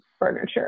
furniture